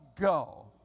go